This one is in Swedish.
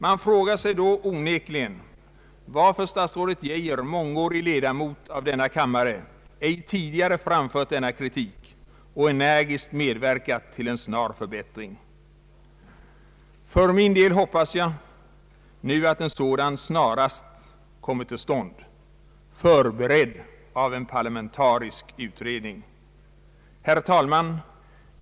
Man frågar sig då onekligen varför statsrådet Geijer, mångårig ledamot av denna kammare, ej tidigare framfört denna kritik och energiskt medverkat till en snar förbättring. För min del hoppas jag nu att en sådan snarast kommer till stånd, förberedd av en parlamentarisk utredning. Herr talman!